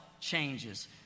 changes